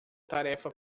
tarefa